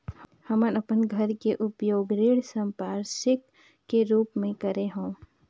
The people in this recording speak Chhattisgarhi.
हमन अपन घर के उपयोग ऋण संपार्श्विक के रूप म करे हों